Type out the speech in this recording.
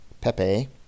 Pepe